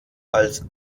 als